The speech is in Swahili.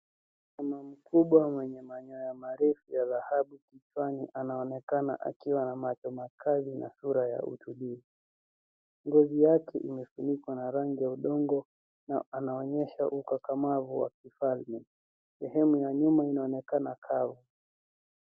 Simba mkubwa mwenye manyoya marefu ya dhahabu kichwani, anaonekana akiwa na macho makali na sura ya utulivu. Ngozi yake imefunikwa na rangi ya udongo na anaonyesha ukakamavu wa kifalme. Sehemu ya nyuma inaonekana kavu.